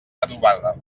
adobada